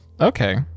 Okay